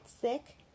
sick